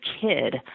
kid